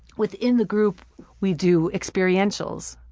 within the group we do experientials,